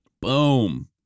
Boom